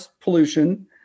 pollution